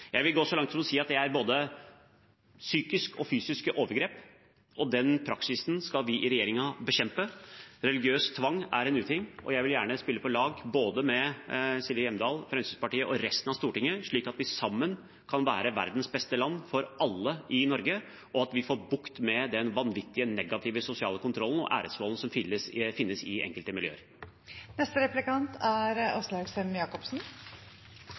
Jeg vil gå så langt som å si at det er både psykiske og fysiske overgrep, og den praksisen skal vi i regjeringen bekjempe. Religiøs tvang er en uting, og jeg vil gjerne spille på lag med både Silje Hjemdal, Fremskrittspartiet og resten av Stortinget, slik at vi sammen kan være verdens beste land for alle i Norge, og at vi får bukt med den vanvittige, negative sosiale kontrollen og æresvolden som finnes i enkelte